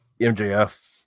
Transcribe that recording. MJF